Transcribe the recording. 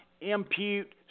impute